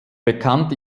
bekannt